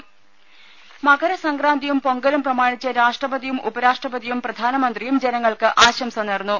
ദേദ മകരസംക്രാന്തിയും പൊങ്കലും പ്രമാണിച്ച് രാഷ്ട്രപതിയും ഉപരാഷ്ട്രപതിയും പ്രധാനമന്ത്രിയും ജനങ്ങൾക്ക് ആശംസ നേർന്നു